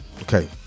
Okay